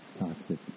Toxic